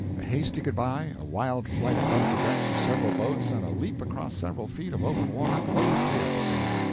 a hasty good-by, a wild flight across the decks of several boats, and a leap across several feet of open water closed the episode.